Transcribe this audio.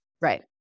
Right